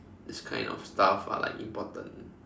these kind of stuff are like important